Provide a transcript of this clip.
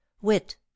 Wit